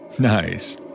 Nice